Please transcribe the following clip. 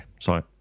sorry